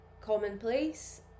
commonplace